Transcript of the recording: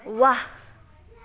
वाह